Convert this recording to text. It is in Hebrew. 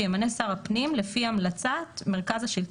שימנה שר הפנים לפי המלצת מרכז השלטון